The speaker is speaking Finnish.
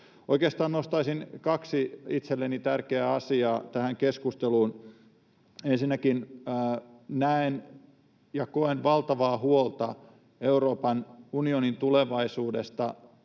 Oikeastaan nostaisin kaksi itselleni tärkeää asiaa tähän keskusteluun. Ensinnäkin näen ja koen valtavaa huolta Euroopan unionin tulevaisuudesta